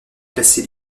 classé